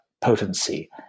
potency